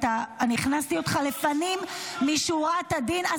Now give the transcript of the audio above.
הכנסתי אותך לפנים משורת הדין --- אי-אפשר